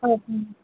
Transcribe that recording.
okay అండి